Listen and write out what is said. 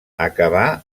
acabà